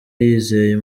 yizeye